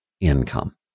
income